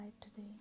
today